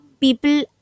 people